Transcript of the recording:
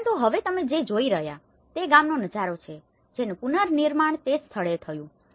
પરંતુ હવે તમે જે જોઈ રહ્યા છો તે ગામનો નજારો છે જેનું પુનર્નિર્માણ તે જ સ્થળોએ થયું છે